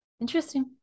Interesting